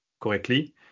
correctly